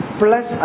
plus